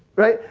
right?